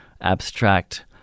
abstract